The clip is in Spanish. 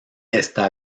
está